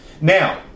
Now